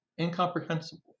incomprehensible